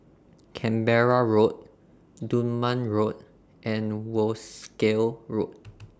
Canberra Road Dunman Road and Wolskel Road